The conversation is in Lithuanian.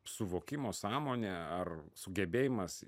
suvokimo sąmonė ar sugebėjimas